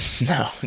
No